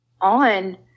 on